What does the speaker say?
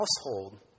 household